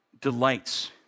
delights